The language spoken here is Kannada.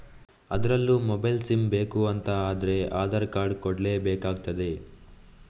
ಅದ್ರಲ್ಲೂ ಮೊಬೈಲ್ ಸಿಮ್ ಬೇಕು ಅಂತ ಆದ್ರೆ ಆಧಾರ್ ಕಾರ್ಡ್ ಕೊಡ್ಲೇ ಬೇಕಾಗ್ತದೆ